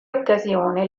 occasione